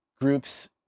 groups